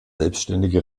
selbständige